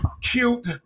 cute